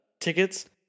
Tickets